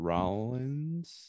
Rollins